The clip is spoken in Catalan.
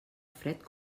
fred